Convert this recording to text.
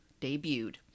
debuted